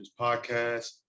podcast